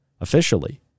officially